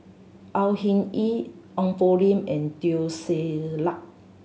Au Hing Yee Ong Poh Lim and Teo Ser Luck